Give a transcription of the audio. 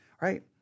right